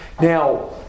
Now